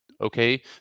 okay